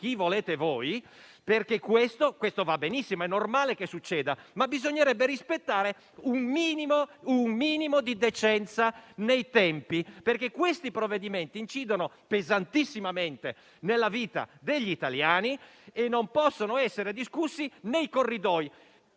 chi volete voi. Questo va benissimo, è normale che succeda, ma bisognerebbe rispettare un minimo di decenza nei tempi, perché questi provvedimenti incidono pesantissimamente sulla vita degli italiani e non possono essere discussi nei corridoi,